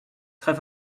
très